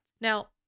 Now